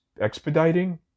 expediting